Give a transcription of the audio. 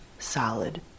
solid